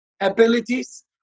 abilities